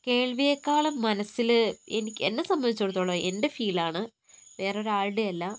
കേൾവിയെക്കാളും മനസ്സിൽ എന്നെ സംബന്ധിച്ചടുത്തോളം എൻ്റെ ഫീലാണ് വേറൊരാളുടേയും അല്ല